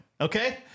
Okay